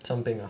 生病 ah